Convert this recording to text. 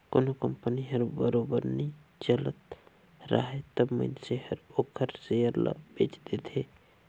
कोनो कंपनी हर बरोबर नी चलत राहय तब मइनसे हर ओखर सेयर ल बेंच देथे